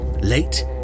late